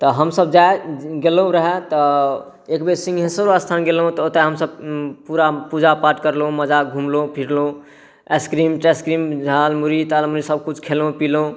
तऽ हमसब जाइ गेलहुँ रहै तऽ एकबेर सिँघेश्वरो स्थान गेलहुँ तऽ ओतऽ हमसब पूरा पूजा पाठ करलहुँ मजा घुमलहुँ फिरलहुँ आइसक्रीम ताइसक्रीम झालमुरही तालमुरहीमे सबकिछु खएलहुँ पिलहुँ